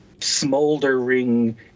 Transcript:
smoldering